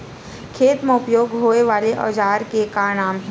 खेत मा उपयोग होए वाले औजार के का नाम हे?